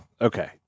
Okay